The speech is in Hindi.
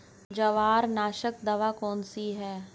जवारनाशक दवा कौन सी है?